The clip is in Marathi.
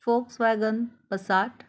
फोक्सवॅगन बसाट